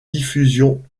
diffusion